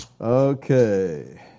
Okay